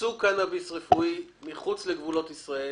ייצוא קנאביס רפואי מחוץ לגבולות ישראל,